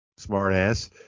smartass